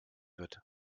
wird